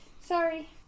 Sorry